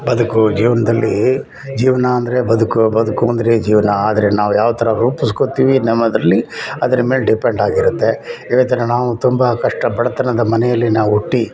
ಬದುಕು ಜೀವನದಲ್ಲಿ ಜೀವನ ಅಂದರೆ ಬದುಕು ಬದುಕು ಅಂದರೆ ಜೀವನ ಆದರೆ ನಾವು ಯಾವ ಥರ ರೂಪಿಸ್ಕೊಳ್ತೀವಿ ನಮ್ಮದರಲ್ಲಿ ಅದರ ಮೇಲೆ ಡಿಪೆಂಟ್ ಆಗಿರುತ್ತೆ ಇದೇ ಥರ ನಾವು ತುಂಬ ಕಷ್ಟ ಬಡತನದ ಮನೆಯಲ್ಲಿ ನಾವು ಹುಟ್ಟಿ